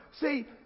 See